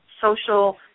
social